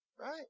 right